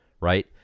right